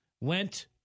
went